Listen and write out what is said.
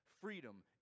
freedom